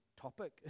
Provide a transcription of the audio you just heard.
topic